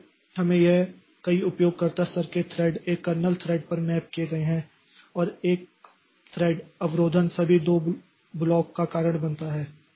इसलिए हमें यह कई उपयोगकर्ता स्तर के थ्रेड एक कर्नेल थ्रेड पर मैप किए गए हैं और एक थ्रेड अवरोधन सभी 2 ब्लॉक का कारण बनता है